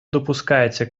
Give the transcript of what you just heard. допускається